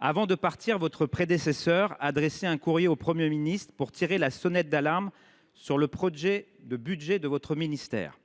ses fonctions, votre prédécesseure a adressé un courrier au Premier ministre pour tirer la sonnette d’alarme sur le projet de budget du ministère.